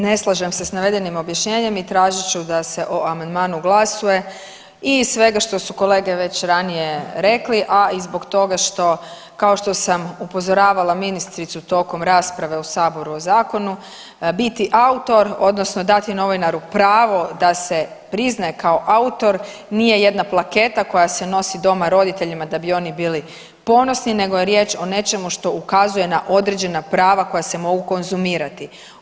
Ne slažem se s navedenim objašnjenjem i tražit ću da se o amandmanu glasuje i iz svega što su kolege već ranije rekli a i zbog toga što, kao što sam upozoravala ministricu tokom rasprave u Saboru o Zakonu, biti autor, odnosno dati novinaru pravo da se priznaje kao autor, nije jedna plaketa koja se nosi doma roditeljima da bi oni bili ponosni, nego je riječ o nečemu što ukazuje na određena prava koja se mogu konzumirati.